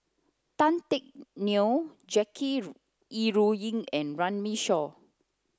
Tan Teck Neo Jackie Yi Ru Ying and Runme Shaw